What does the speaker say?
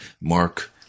Mark